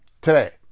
today